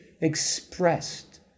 expressed